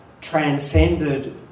transcended